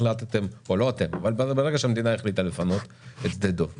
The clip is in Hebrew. ברגע שהמדינה החליטה לפנות את שדה דב.